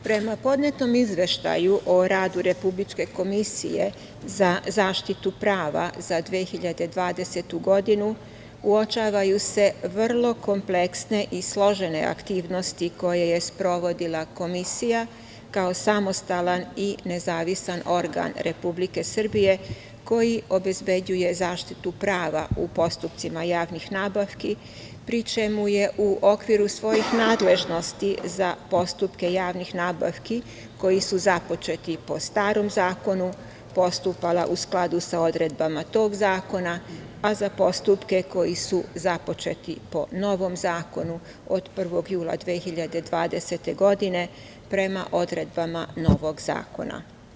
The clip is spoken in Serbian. Prema podnetom Izveštaju o radu Republičke komisije za zaštitu prava za 2020. godinu uočavaju se vrlo kompleksne i složene aktivnosti koje je sprovodila komisija kao samostalan i nezavistan organ Republike Srbije koji obezbeđuje zaštitu prava u postupcima javnih nabavki, pri čemu je u okviru svojih nadležnosti za postupke javnih nabavki koji su započeti po starom zakonu postupala u skladu sa odredbama tog zakona, a za postupke koji su započeti po novom zakonu od 1. jula 2020. godine prema odredbama novog zakona.